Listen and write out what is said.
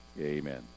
amen